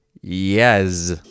yes